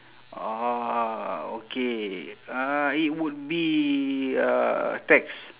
orh okay uh it would be uh tax